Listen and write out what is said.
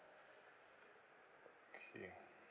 okay